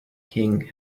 king